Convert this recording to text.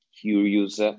curious